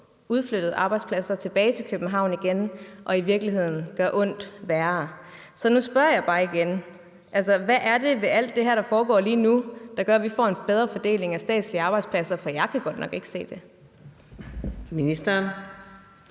udflyttede arbejdspladser tilbage til København igen og i virkeligheden gør ondt værre. Så nu spørger jeg bare igen: Hvad er det ved alt det her, der foregår lige nu, der gør, at vi får en bedre fordeling af statslige arbejdspladser? For jeg kan godt nok ikke se det.